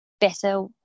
better